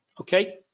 okay